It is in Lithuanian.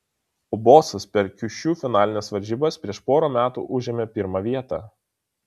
o bosas per kiušiu finalines varžybas prieš porą metų užėmė pirmą vietą